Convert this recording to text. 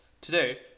today